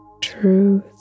truth